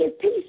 peace